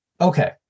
Okay